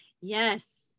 Yes